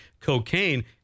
cocaine